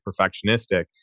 perfectionistic